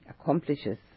Accomplishes